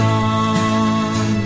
on